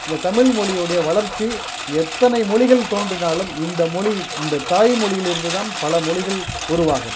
இந்த தமிழ்மொழியுடைய வளர்ச்சி எத்தனை மொழிகள் தோன்றினாலும் இந்தமொழி இந்த தாய்மொழியிலிருந்துதான் பல மொழிகள் உருவாகும்